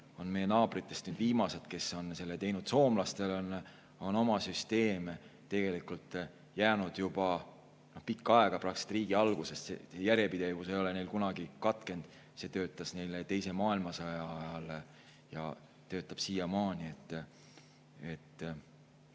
on meie naabritest viimased, kes on selle teinud. Soomlastel on oma süsteem olnud juba pikka aega, praktiliselt riigi algusest, selle järjepidevus ei ole neil kunagi katkenud. See töötas neil teise maailmasõja ajal ja töötab siiamaani.